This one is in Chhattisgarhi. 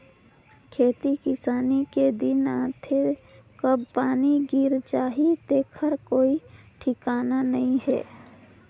खेती किसानी के दिन आथे कब पानी गिर जाही तेखर कोई ठिकाना नइ हे